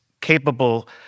capable